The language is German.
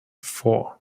vor